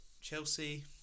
Chelsea